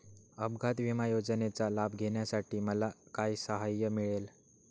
अपघात विमा योजनेचा लाभ घेण्यासाठी मला काय सहाय्य मिळेल?